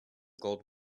gold